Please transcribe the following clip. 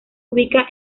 ubica